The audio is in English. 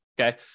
Okay